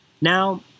Now